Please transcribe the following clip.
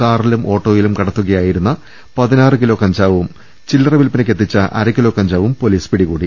കാറിലും ഓട്ടോയിലും കടത്തുക യായിരുന്ന പതിനാറ് കിലോ കഞ്ചാവും ചില്ലറ വില്പനക്കെത്തിച്ച അര ക്കിലോ കഞ്ചാവും പൊലീസ് പിടികൂടി